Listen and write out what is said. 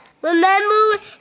Remember